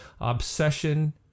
Obsession